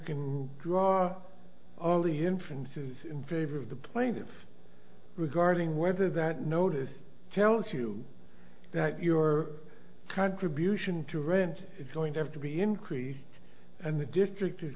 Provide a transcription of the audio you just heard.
can draw all the inference is in favor of the plaintiff regarding whether that notice tells you that your contribution to rent is going to have to be increased and the district is